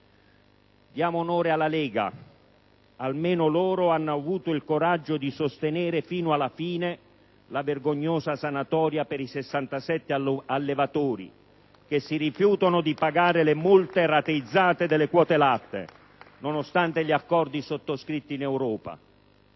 Diamo onore alla Lega! Almeno loro hanno avuto il coraggio di sostenere fino alla fine la vergognosa sanatoria per i 67 allevatori che si rifiutano di pagare le multe rateizzate delle quote latte, nonostante gli accordi sottoscritti in Europa.